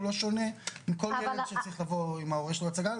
הוא לא שונה מכל ילד שצריך לבוא עם ההורה שלו להצגה,